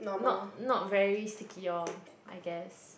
not not very sticky orh I guess